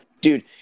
Dude